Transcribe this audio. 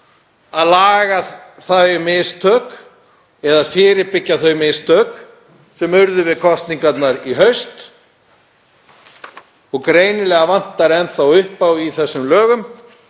að laga þau mistök eða fyrirbyggja þau mistök sem urðu við kosningarnar í haust, og greinilega vantar enn þá upp á í þessum lögum;